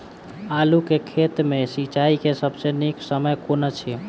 आलु केँ खेत मे सिंचाई केँ सबसँ नीक समय कुन अछि?